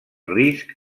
risc